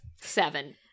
seven